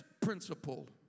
principle